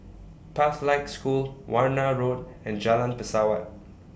Pathlight School Warna Road and Jalan Pesawat